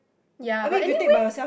ya but anyway